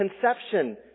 conception